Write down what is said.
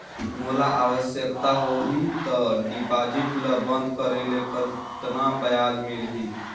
मोला आवश्यकता होही त डिपॉजिट ल बंद करे ले कतना ब्याज मिलही?